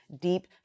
deep